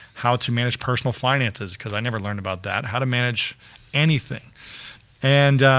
how to manage personal finances, cause i never learned about that, how to manage anything and